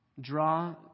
Draw